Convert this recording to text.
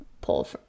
pull